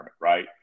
Right